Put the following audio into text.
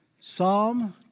Psalm